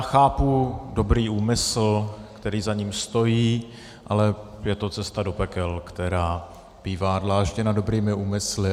Chápu dobrý úmysl, který za ním stojí, ale je to cesta do pekel, která bývá dlážděna dobrými úmysly.